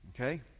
Okay